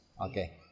okay